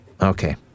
Okay